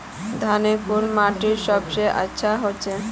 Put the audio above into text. धानेर कुन माटित सबसे अच्छा होचे?